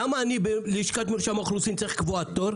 למה אני בלשכת מרשם האוכלוסין צריך לקבוע תור?